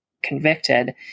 convicted